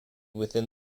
within